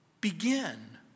Begin